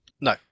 No